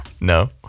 No